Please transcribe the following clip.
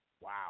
Wow